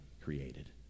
created